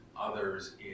others